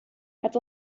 het